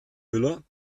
müller